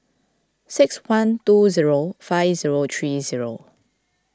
six one two zero five zero three zero